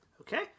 Okay